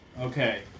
Okay